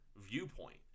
viewpoint